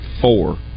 four